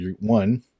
one